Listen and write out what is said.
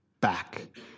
back